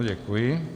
Děkuji.